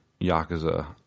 Yakuza